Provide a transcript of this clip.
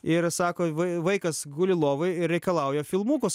ir sako vai vaikas guli lovoj ir reikalauja filmukus